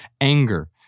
anger